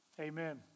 Amen